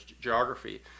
geography